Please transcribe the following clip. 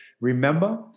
remember